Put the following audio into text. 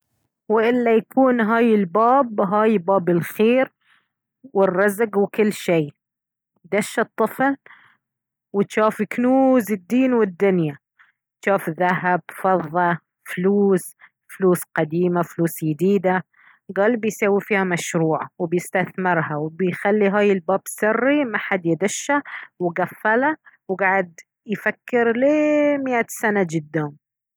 وإلا يكون هاي الباب هاي باب الخير والرزق وكل شي دش الطفل وشاف كنوووز الدين والدنيا شاف ذهب فضة فلوس فلوس قديمة فلوس يديدة قال بيسوي فيها مشروع وبيستثمرها وبيخلي هاي الباب سري محد يدشه وقفله وقعد يفكر لييه مئة سنة جدا